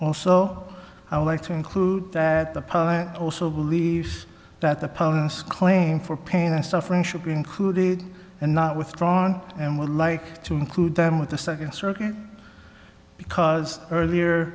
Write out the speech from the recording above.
would like to include that the power also believes that opponents claim for pain and suffering should be included and not withdrawn and would like to include them with the second circuit because earlier